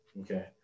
Okay